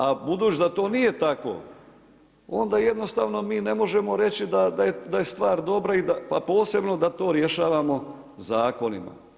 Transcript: A budući da to nije tako, onda jednostavno mi ne možemo reći da je stvar dobra pa posebno da to rješavamo zakonima.